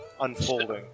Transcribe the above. unfolding